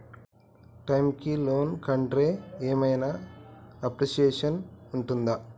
Time కి loan కడ్తే ఏం ఐనా అప్రిషియేషన్ ఉంటదా?